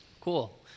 Cool